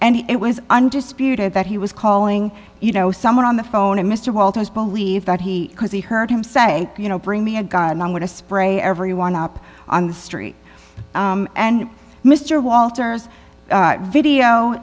and it was undisputed that he was calling you know someone on the phone and mr walters believes that he because he heard him say you know bring me a gun and i'm going to spray everyone up on the street and mr walters video